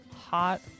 hot